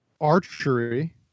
Archery